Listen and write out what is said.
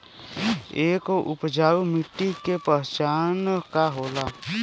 एक उपजाऊ मिट्टी के पहचान का होला?